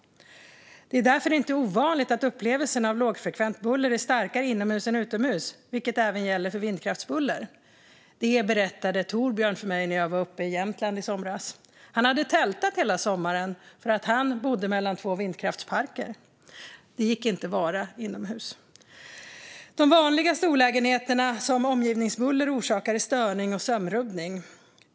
Det är därför inte ovanligt att upplevelsen av lågfrekvent buller är starkare inomhus än utomhus, vilket även gäller för vindkraftsbuller. Torbjörn hade tältat hela sommaren. Han bodde mellan två vindkraftsparker, och det gick inte att vara inomhus. De vanligaste olägenheterna som omgivningsbuller orsakar är störning och sömnrubbning.